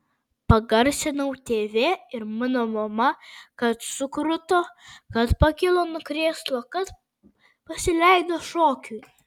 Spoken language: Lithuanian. pagarsinau tv ir mano mama kad sukruto kad pakilo nuo krėslo kad pasileido šokiui